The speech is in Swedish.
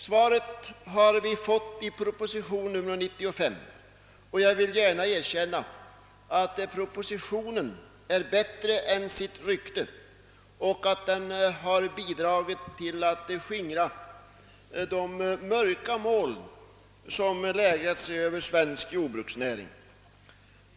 Svaret har vi fått i proposition nr 95. Jag vill gärna erkänna att propositionen är bättre än man befarade och att den har bidragit till att skingra de mörka moln som lägrat sig över svensk jordbruksnäring.